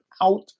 out